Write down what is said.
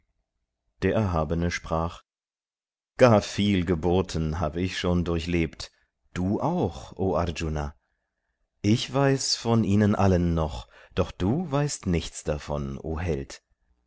der erhabene sprach gar viel geburten hab ich schon durchlebt du auch o arjuna ich weiß von ihnen allen noch doch du weißt nichts davon o held